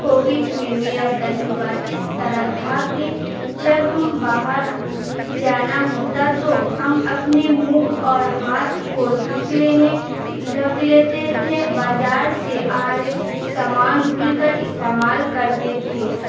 Covid میں میرا تجربہ اس طرح تھا کہ جب ہم باہر جانا ہوتا تو ہم اپنے منہ اور ہاتھ کو ڈھک لینے ڈھک لیتے تھے بازار سے آ رہے سامان دھل کر استعمال کرتے تھے